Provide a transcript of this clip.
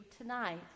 tonight